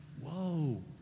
Whoa